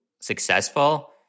successful